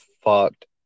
fucked